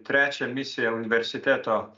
trečią misiją universiteto